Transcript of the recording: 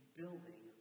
building